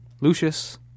Lucius